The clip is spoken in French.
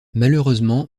malheureusement